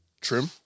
Trim